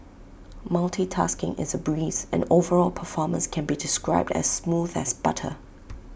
multitasking is A breeze and overall performance can be described as smooth as butter